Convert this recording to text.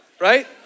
right